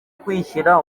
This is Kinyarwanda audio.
kwishyira